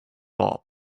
bob